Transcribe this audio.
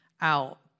out